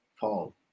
fall